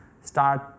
start